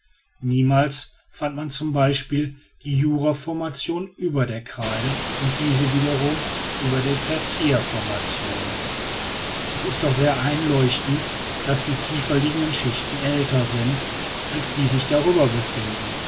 niemals fand man z b die juraformation über der kreide und diese wieder über der tertiärformation es ist doch sehr einleuchtend daß die tieferliegenden schichten älter sind als die sich darüber befindenden